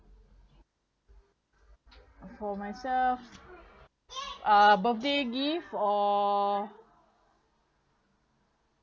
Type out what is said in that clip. for myself uh birthday gift or